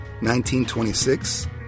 19:26